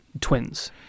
twins